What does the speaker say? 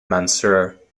mansur